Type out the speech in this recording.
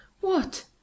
What